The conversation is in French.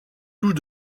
tout